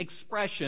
expression